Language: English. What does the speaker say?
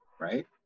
right